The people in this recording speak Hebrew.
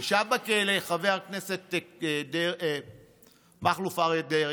ישב בכלא, חבר הכנסת מכלוף אריה דרעי,